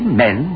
men